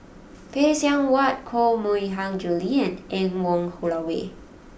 Phay Seng Whatt Koh Mui Hiang Julie and Anne Wong Holloway